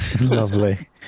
Lovely